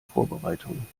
vorbereitung